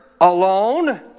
alone